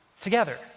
together